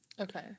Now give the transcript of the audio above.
Okay